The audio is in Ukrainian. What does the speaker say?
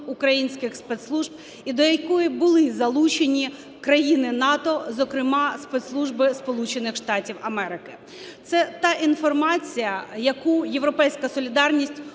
українських спецслужб і до якої були залучені країни НАТО, зокрема спецслужби Сполучених Штатів Америки. Це та інформація, яку "Європейська солідарність"